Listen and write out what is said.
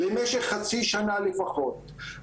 למשך חצי שנה לפחות.